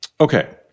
Okay